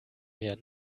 mehr